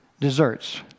desserts